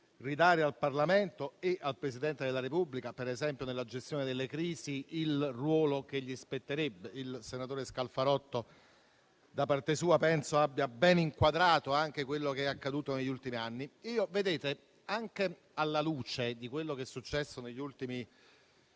ridare al Parlamento e al Presidente della Repubblica, per esempio nella gestione delle crisi, il ruolo che gli spetterebbe. Il senatore Scalfarotto, da parte sua, penso abbia ben inquadrato anche quello che è accaduto negli ultimi anni. Ragioniamo alla luce di quello che è successo, perlomeno